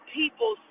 people